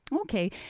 Okay